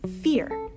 fear